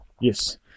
yes